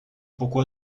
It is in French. pourquoi